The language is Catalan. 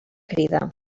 crida